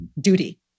duty